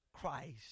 Christ